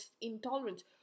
intolerance